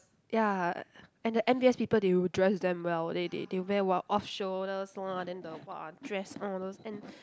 ya uh and the N_B_S people they will dress damn well they they they wear what off shoulders lah then the !wah! dress all those and